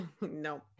No